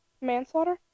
Manslaughter